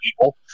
people